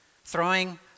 Throwing